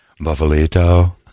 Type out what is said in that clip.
Buffalito